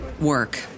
work